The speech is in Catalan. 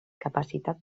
capacitat